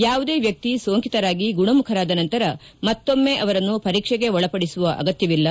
ಯಾವುದೇ ವ್ಯಕ್ತಿ ಸೋಂಕಿತರಾಗಿ ಗುಣಮುಖರಾದ ನಂತರ ಮತ್ತೊಮ್ನ ಅವರನ್ನು ಪರೀಕ್ಷೆಗೆ ಒಳಪಡಿಸುವ ಅಗತ್ಯವಿಲ್ಲ